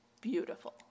beautiful